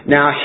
Now